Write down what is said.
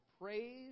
praise